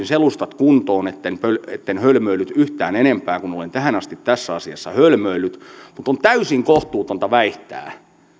selustat kuntoon etten etten hölmöillyt yhtään enempää kuin olen tähän asti tässä asiassa hölmöillyt mutta on täysin kohtuutonta väittää